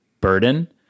burden